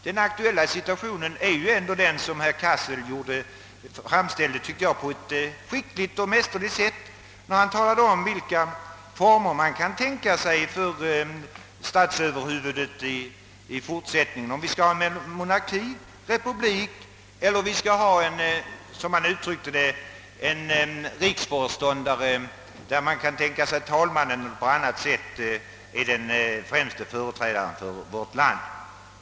Den aktuella situationen är ändå den som herr Cassel framställde på ett skickligt och mästerligt sätt när han talade om vilka alternativ man kan tänka sig beträffande statsskicket i fortsättningen — om vi skall ha monarki, republik eller, som han uttryckte det, en riksföreståndare, varvid man kan tänka sig talmannen eller någon annan som den främste företrädaren för vårt land.